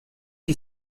qui